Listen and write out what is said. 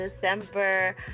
December